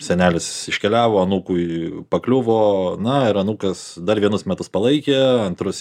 senelis iškeliavo anūkui pakliuvo na ir anūkas dar vienus metus palaikė antrus